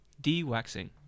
de-waxing